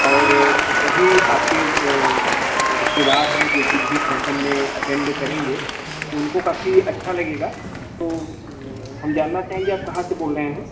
और जो भी आपके ब रिश्तेदार हैं जो कुछ भी फंक्शन मे अटेंड करेंगे उनको काफी अच्छा लगेगा तो हम जानना चाहेंगे आप कहाँ से बोल रहें हैं